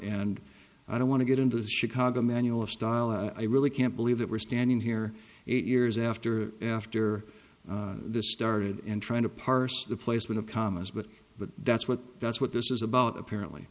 and i don't want to get into the chicago manual of style and i really can't believe that we're standing here eight years after after this started in trying to parse the placement of commas but but that's what that's what this is about apparently